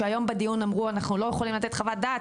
שהיום בדיון אמרו אנחנו לא יכולים לתת חוות דעת,